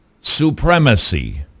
supremacy